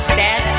dad